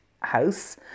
house